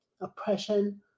oppression